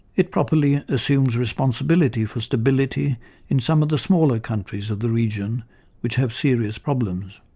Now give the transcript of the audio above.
it properly assumes responsibility for stability in some of the smaller countries of the region which have serious problems.